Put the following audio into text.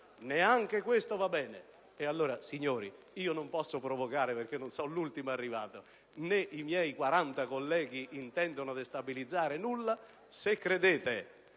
Neanche questo va bene! E allora, signori - io non posso provocare, perché non sono l'ultimo arrivato, né i miei 40 colleghi intendono destabilizzare nulla - se credete,